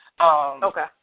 Okay